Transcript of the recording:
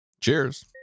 Cheers